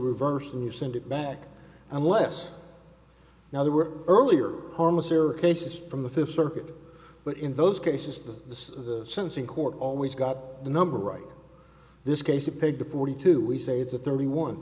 reverse and you send it back unless now there were earlier harmless error cases from the fifth circuit but in those cases the sense in court always got the number right this case appeared to forty two we say it's a thirty one